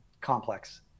complex